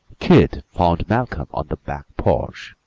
keith found malcolm on the back porch,